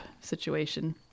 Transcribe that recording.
situation